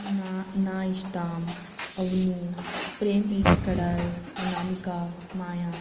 ना ना इश्ताम अवनू प्रेम इशकडल अनामिका माया